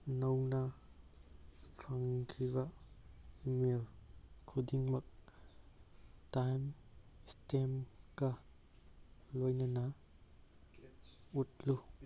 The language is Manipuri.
ꯅꯧꯅ ꯐꯪꯈꯤꯕ ꯏꯃꯦꯜ ꯈꯨꯗꯤꯡꯃꯛ ꯇꯥꯏꯝ ꯏꯁꯇꯦꯝꯀ ꯂꯣꯏꯅꯅ ꯎꯠꯂꯨ